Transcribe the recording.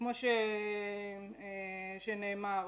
כמו שנאמר,